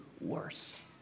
worse